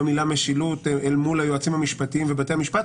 במילה משילות אל מול היועצים המשפטיים ובתי המשפט,